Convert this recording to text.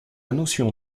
notion